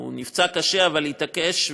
הוא נפצע קשה אבל התעקש,